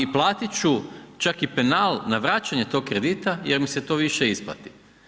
I platit ću čak i penal na vraćanje tog kredita jer mi se to više isplati.